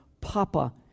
Papa